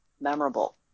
memorable